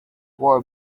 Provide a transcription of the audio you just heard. wore